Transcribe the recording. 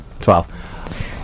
Twelve